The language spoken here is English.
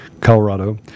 Colorado